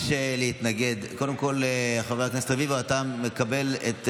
קודם כול, חבר הכנסת רביבו, אתה מקבל את זה?